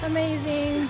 Amazing